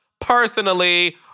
personally